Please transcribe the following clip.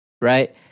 Right